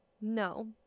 No